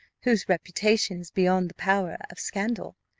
whose reputation is beyond the power of scandal,